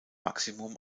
maximum